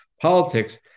politics